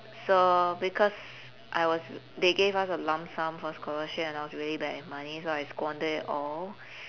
so because I was they gave us a lump sum for scholarship and I was really bad with money so I squandered it all